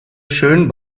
schön